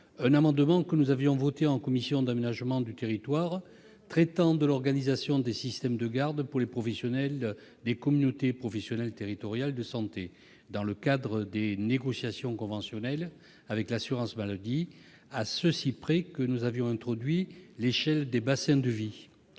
d'un amendement que nous avions adopté en commission d'aménagement du territoire et traitant de l'organisation des systèmes de garde pour les professionnels des CPTS, dans le cadre des négociations conventionnelles avec l'assurance maladie, à ceci près que nous avions introduit l'échelle des bassins de vie.